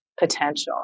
potential